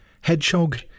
Hedgehog